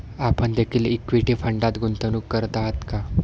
आपण देखील इक्विटी फंडात गुंतवणूक करत आहात का?